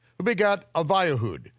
who begat abihud,